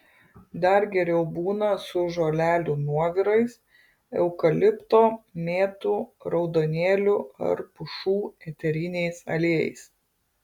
dar geriau būna su žolelių nuovirais eukalipto mėtų raudonėlių ar pušų eteriniais aliejais